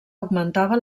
augmentava